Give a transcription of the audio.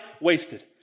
wasted